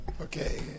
Okay